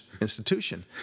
institution